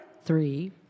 Three